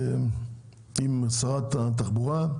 ישיבה בעניין הזה עם שרת התחבורה,